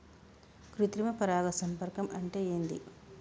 కృత్రిమ పరాగ సంపర్కం అంటే ఏంది?